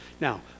now